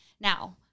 Now